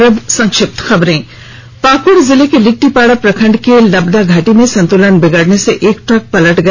और अब संक्षिप्त खबरें पाकुड़ जिले के लिट्टीपाड़ा प्रखंड के लबदा घाटी में संतुलन बिगड़ने से एक ट्रक पलट गया